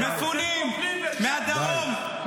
מפונים מהדרום,